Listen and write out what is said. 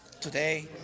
today